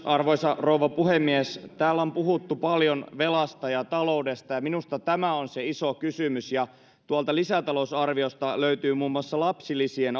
arvoisa rouva puhemies täällä on puhuttu paljon velasta ja taloudesta ja minusta tämä on se iso kysymys tuolta lisätalousarviosta löytyy muun muassa lapsilisien